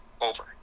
over